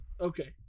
okay